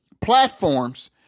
platforms